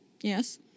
Yes